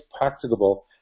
practicable